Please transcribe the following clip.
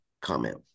Comment